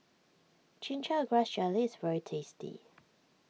Chin Chow Grass Jelly is very tasty